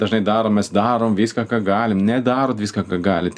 dažnai darom mes darom viską ką galim nedarot viską ką galit